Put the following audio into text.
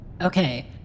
Okay